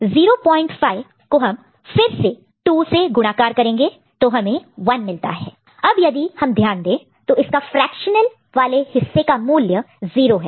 अब 05 को हम फिर से 2 से गुणाकार मल्टिप्लाई multiply करेंगे तो हमें 1 मिलता है अब यदि हम ध्यान दें तो इसका फ्रेक्शनल वाले हिस्से का मूल्य 0 है